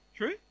true